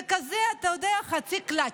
זה כזה, אתה יודע, חצי קלאץ'.